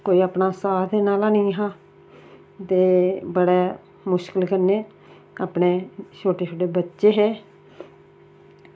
कोई अपना साथ देने आह्ला निंहा ते बड़े मुश्कल कन्नै अपने छोटे छोटे बच्चे हे